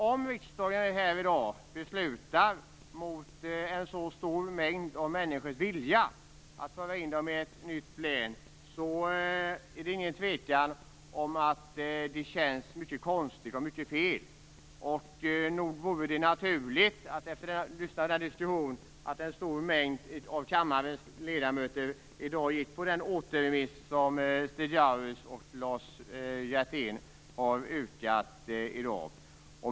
Om riksdagen här i dag beslutar att föra in en så stor mängd människor i ett nytt län mot deras vilja är det ingen tvekan om att det känns mycket konstigt och mycket fel. Nog vore det naturligt att en stor mängd av kammarens ledamöter efter att ha lyssnat till denna diskussion röstar för den återremiss som Stig Grauers och Lars Hjertén har yrkat på i dag.